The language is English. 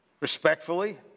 Respectfully